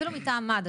אפילו מטעם מד"א,